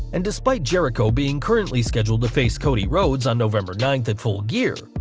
and despite jericho being currently scheduled to face cody rhodes on november ninth at full gear,